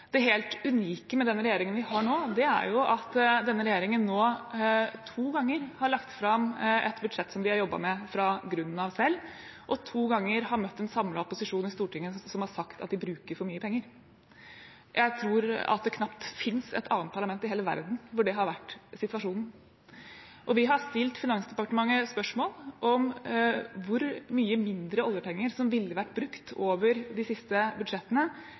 Det helt unike med den regjeringen vi har nå, er at denne regjeringen to ganger har lagt fram et budsjett som de har jobbet med fra grunnen av selv, og at de to ganger har møtt en samlet opposisjon i Stortinget som har sagt at de bruker for mye penger. Jeg tror knapt at det finnes et annet parlament i hele verden hvor det har vært situasjonen. Vi har stilt Finansdepartementet spørsmål om hvor mye mindre oljepenger som ville vært brukt over de siste budsjettene